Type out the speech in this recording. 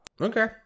Okay